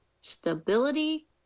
stability